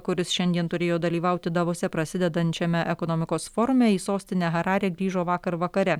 kuris šiandien turėjo dalyvauti davose prasidedančiame ekonomikos forume į sostinę hararę grįžo vakar vakare